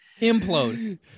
implode